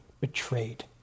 betrayed